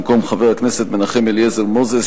במקום חבר הכנסת מנחם אליעזר מוזס,